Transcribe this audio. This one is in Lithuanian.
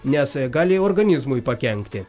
nes gali organizmui pakenkti